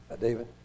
David